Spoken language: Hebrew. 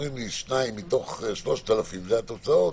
כשאומרים 2 מתוך 3,000 אלה התוצאות.